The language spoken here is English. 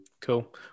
Cool